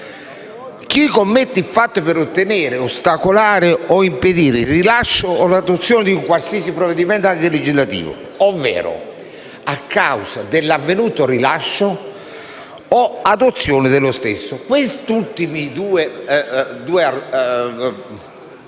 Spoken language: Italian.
finalizzati a: «ottenere, ostacolare o impedire il rilascio o l'adozione di un qualsiasi provvedimento, anche legislativo, ovvero a causa dell'avvenuto rilascio o adozione dello stesso». Per tali